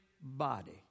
body